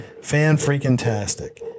fan-freaking-tastic